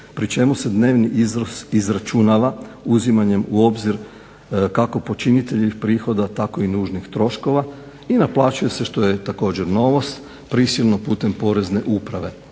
pri čemu se dnevni iznos izračunava uzimanjem u obzir kako počiniteljevih prihoda tako i nužnih troškova i naplaćuje se što je također novost prisilno putem Porezne uprave,